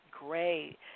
Great